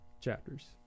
chapters